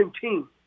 team